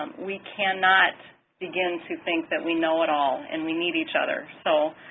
we cannot begin to think that we know it all and we need each other. so